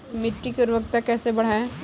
मिट्टी की उर्वरता कैसे बढ़ाएँ?